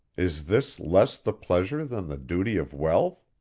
is this less the pleasure than the duty of wealth?